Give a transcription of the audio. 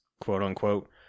quote-unquote